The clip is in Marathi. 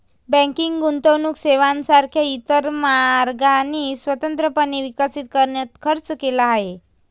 बँकिंग गुंतवणूक सेवांसारख्या इतर मार्गांनी स्वतंत्रपणे विकसित करण्यात खर्च केला आहे